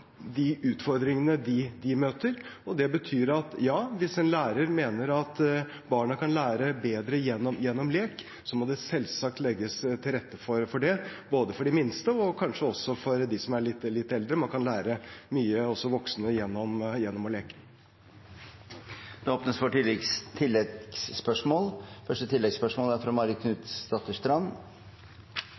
de utfordringene de møter. Det betyr at hvis en lærer mener at barnet kan lære bedre gjennom lek, må det selvsagt legges til rette for det, både for de minste og kanskje også for dem som er litt eldre. Man kan lære mye – også voksne – gjennom å leke. Det åpnes for oppfølgingsspørsmål – først Marit Knutsdatter Strand. En god skolestart er